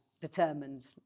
Determined